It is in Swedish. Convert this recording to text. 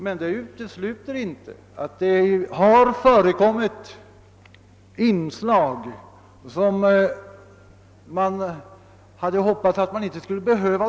Men det utesluter inte att det har förekommit inslag som man inte hade velat uppleva.